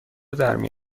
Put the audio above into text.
درمی